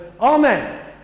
Amen